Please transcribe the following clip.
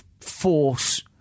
force